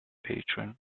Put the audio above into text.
patron